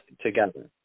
together